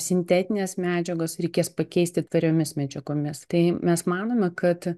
sintetines medžiagas reikės pakeisti tvariomis medžiagomis tai mes manome kad